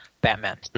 Batman